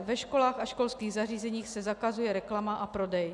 Ve školách a školských zařízeních se zakazuje reklama a prodej.